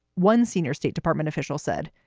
one senior state department official said,